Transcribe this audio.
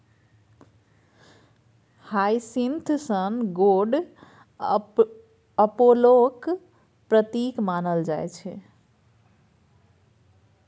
hyacinth सन गोड अपोलोक प्रतीक मानल जाइ छै